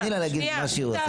תני לה לדבר על מה שהיא רוצה.